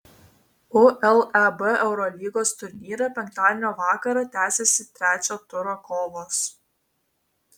uleb eurolygos turnyre penktadienio vakarą tęsiasi trečio turo kovos